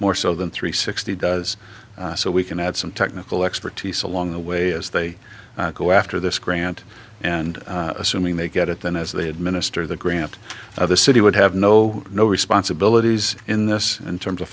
more so than three sixty does so we can add some technical expertise along the way as they go after this grant and assuming they get it then as they administer the grant the city would have no no responsibilities in this in terms of